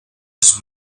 just